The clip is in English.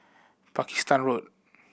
Pakistan Road